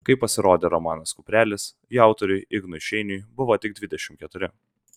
kai pasirodė romanas kuprelis jo autoriui ignui šeiniui buvo tik dvidešimt ketveri